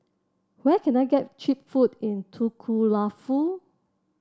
where can I get cheap food in Nuku'alofa